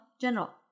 general